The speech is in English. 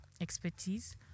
expertise